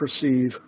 perceive